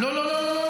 לא, לא.